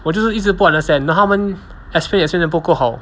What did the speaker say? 我就是一直不 understand then 他们 explain explain 的不够好